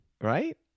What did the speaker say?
right